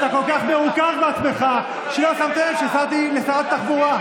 אתה כל כך מרוכז בעצמך שלא שמת לב שהערתי לשרת התחבורה.